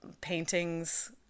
paintings